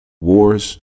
Wars